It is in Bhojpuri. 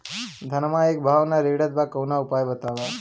धनवा एक भाव ना रेड़त बा कवनो उपाय बतावा?